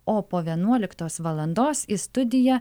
o po vienuoliktos valandos į studiją